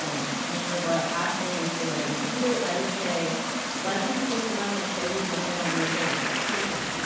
um commissioner boyle asking for what do we do, i would say let the people come up and say we want it on the agenda. it's simple.